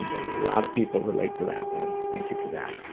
a lot of people relate to that one. thank you for that.